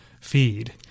feed